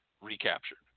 recaptured